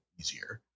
easier